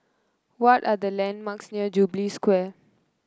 what are the landmarks near Jubilee Square